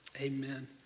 amen